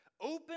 Open